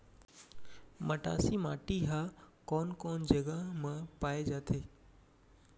मटासी माटी हा कोन कोन जगह मा पाये जाथे?